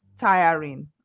tiring